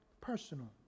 Personal